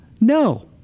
No